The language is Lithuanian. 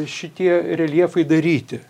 šitie reljefai daryti